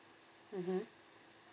mmhmm